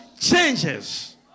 changes